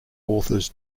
authors